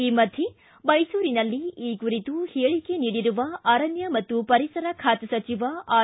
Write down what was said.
ಈ ಮಧ್ಯೆ ಮೈಸೂರಿನಲ್ಲಿ ಈ ಕುರಿತು ಹೇಳಿಕೆ ನೀಡಿರುವ ಅರಣ್ಯ ಮತ್ತು ಪರಿಸರ ಖಾತೆ ಸಚಿವ ಆರ್